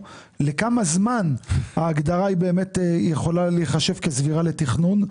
לכמה זמן ההגדרה יכולה להיחשב כסבירה לתכנון,